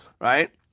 right